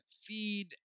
feed